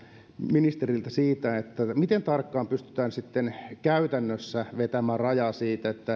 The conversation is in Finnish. ministeriltä siitä miten tarkkaan pystytään sitten käytännössä vetämään raja siitä